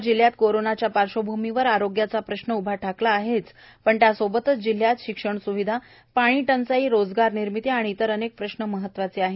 पालघर जिल्ह्यात कोरोना च्या पार्श्वभूमीवर आरोग्या चा प्रश्न तर उभा ठाकला आहेच परंत् त्यासोबतचं जिल्ह्यात शिक्षण स्विधा पाणीटंचाई रोजगार निर्मिती आणि इतर अनेक प्रश्न महत्वाचे आहेत